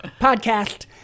podcast